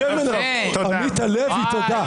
עמית הלוי, תודה.